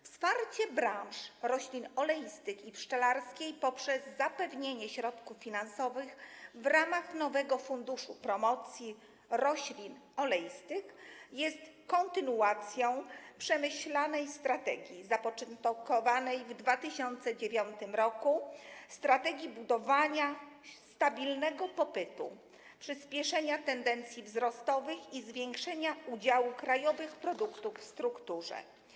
Wsparcie branż roślin oleistych i pszczelarskiej poprzez zapewnienie środków finansowych w ramach nowego Funduszu Promocji Roślin Oleistych jest kontynuacją przemyślanej strategii zapoczątkowanej w 2009 r., strategii budowania stabilnego popytu, przyspieszenia tendencji wzrostowych i zwiększenia udziału krajowych produktów w strukturze.